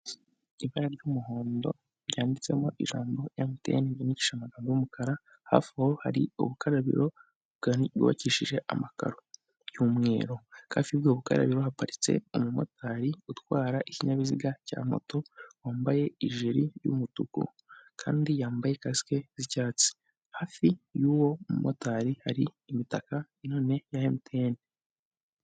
Ibara ry'umuhondo ryanditsemo ijambo MTN ryandikishijwe amagambo y'umukara hafi aho hari ubukarabiro rwubakishije amakaro y'umweru, hafi y'urwo rukarabyo haparitse umumotari utwara ikinyabiziga cya moto wambaye ijeri y'umutuku kandi yambaye kasike z'icyatsi hafi y'uwo mumotari hari imitaka nanone ya MTN.